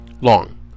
long